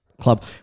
club